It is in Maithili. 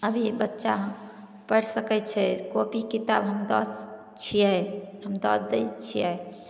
अभी बच्चा पढ़ि सकय छै कॉपी किताब हम दऽ सकय छियै हम दऽ दै छियै